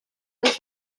des